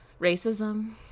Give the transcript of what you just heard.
racism